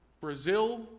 Brazil